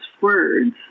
words